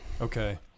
Okay